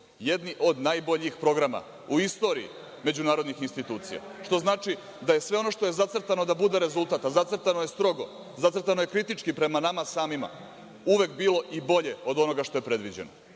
jedni od najboljih programa u istoriji međunarodnih institucija. To znači da je sve ono što je zacrtano da bude rezultat, a zacrtano je strogo, zacrtano je kritički prema nama samima, uvek bilo i bolje od onoga što je predviđeno.